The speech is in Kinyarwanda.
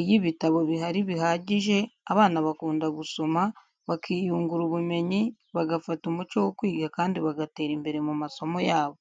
Iyo ibitabo bihari bihagije, abana bakunda gusoma, bakiyungura ubumenyi, bagafata umuco wo kwiga kandi bagatera imbere mu masomo yabo.